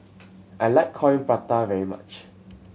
I like Coin Prata very much